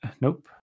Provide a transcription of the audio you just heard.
Nope